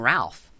Ralph